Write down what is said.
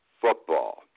football